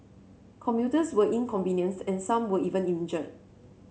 commuters were inconvenienced and some were even injured